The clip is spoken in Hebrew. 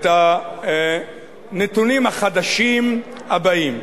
את הנתונים החדשים הבאים,